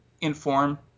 inform